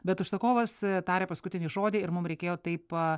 bet užsakovas tarė paskutinį žodį ir mum reikėjo taip